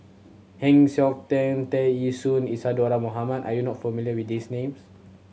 Heng Siok Tian Tear Ee Soon Isadhora Mohamed are you not familiar with these names